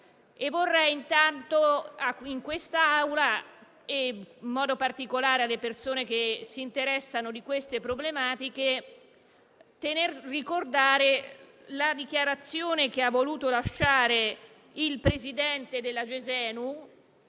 ricordare in quest'Aula, in modo particolare alle persone che si interessano di queste problematiche, la dichiarazione che ha voluto lasciare il presidente della Gesenu,